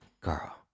girl